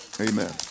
Amen